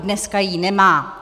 Dneska ji nemá.